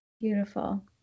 Beautiful